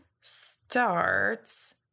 starts